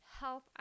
help